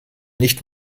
nicht